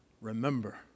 Remember